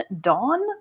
Dawn